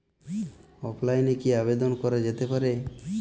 অফলাইনে কি আবেদন করা যেতে পারে?